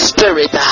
Spirit